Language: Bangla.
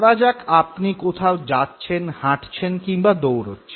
ধরা যাক আপনি কোথাও যাচ্ছেন হাঁটছেন কিংবা দৌড়চ্ছেন